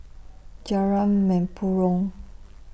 Jalan Mempurong